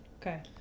Okay